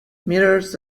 mirrors